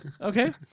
okay